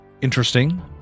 interesting